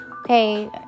Okay